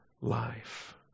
life